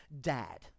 Dad